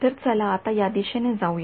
तर चला आता या दिशेने जाऊया